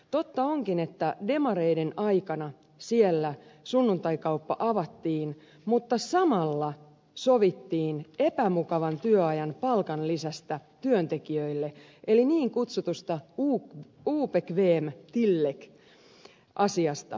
totta onkin että demareiden aikana siellä sunnuntaikauppa avattiin mutta samalla sovittiin epämukavan työajan palkanlisästä työntekijöille eli niin kutsutusta obekväm tillägg asiasta